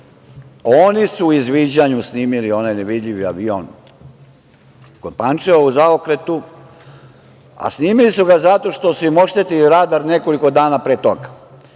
Oni su izviđanju snimili onaj nevidljivi avion kod Pančeva u zaokretu, a snimili su ga zato što su im oštetili radar nekoliko dana pre toga